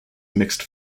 mixed